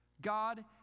God